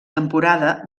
temporada